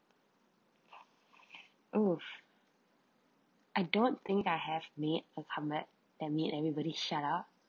oh I don't think I have made a comeback that make everybody shut up